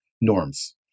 norms